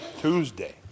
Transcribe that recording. Tuesday